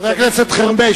חבר הכנסת חרמש,